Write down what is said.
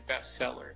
bestseller